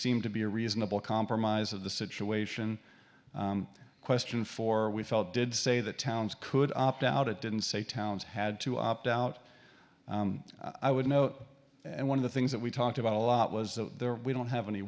seemed to be a reasonable compromise of the situation question for we felt did say the towns could opt out it didn't say towns had to opt out i would note and one of the things that we talked about a lot was we don't have any